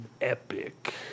epic